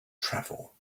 travel